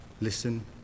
listen